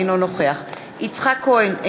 אינו נוכח יצחק כהן,